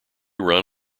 run